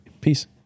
peace